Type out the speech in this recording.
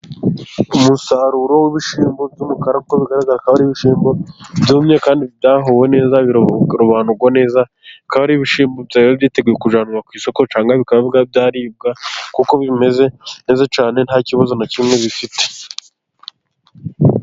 Umusaruro w'ibishyimbo by'umukara, uko bigaragara bikaba ari ibishyimbo byumye kandi byahuwe neza birarobanurwa neza bikaba, ari ibishyimbo byaba byiteguye kujyanwa ku isoko , cyangwa bikaba byaribwa kuko bimeze neza cyane nta kibazo na kimwe bifite.